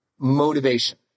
Motivation